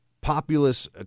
populous